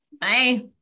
Bye